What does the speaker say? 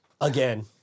Again